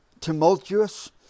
tumultuous